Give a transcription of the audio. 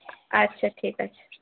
আচ্ছা ঠিক আছে